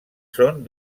són